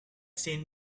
seen